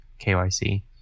KYC